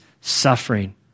suffering